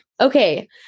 okay